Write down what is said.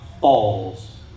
falls